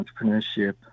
entrepreneurship